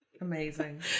amazing